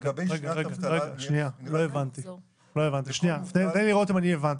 רגע, תן לי לראות אם הבנתי.